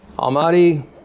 Almighty